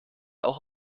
auch